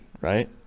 right